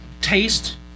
taste